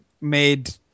made